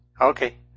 Okay